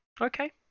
Okay